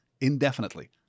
indefinitely